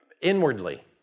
Inwardly